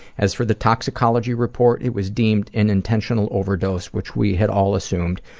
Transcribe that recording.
as for the toxicology report, it was deemed an intentional overdose, which we had all assumed,